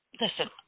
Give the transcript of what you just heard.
listen